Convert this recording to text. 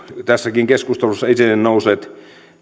tässäkin keskustelussa esille nousseet